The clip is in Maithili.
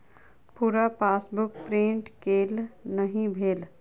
पूरा पासबुक प्रिंट केल नहि भेल